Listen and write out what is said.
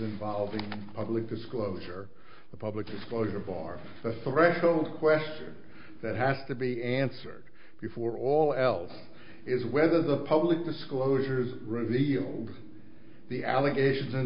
involving public disclosure the public disclosure bar the threshold question that has to be answered before all else is whether the public disclosures revealed the allegations in